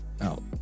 out